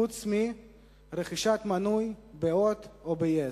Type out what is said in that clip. חוץ מרכישת מנוי ב"הוט" או ב-yes.